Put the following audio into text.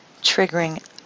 triggering